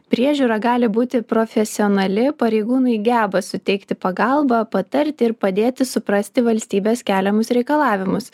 priežiūra gali būti profesionali pareigūnai geba suteikti pagalbą patarti ir padėti suprasti valstybės keliamus reikalavimus